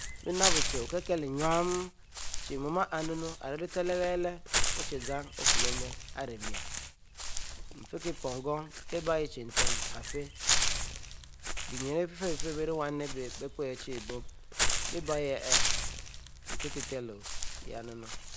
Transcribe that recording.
Inapbuchie kilekienu chie mu rieh chieleleh ochie zam ofieh le o'ma ari miel, ifikie pora gon ayeh chie nten afieh bie yunne biefifieh bie rie wuynunu, biepie chie opie leh bie yeh, kikieh iteteh haynunu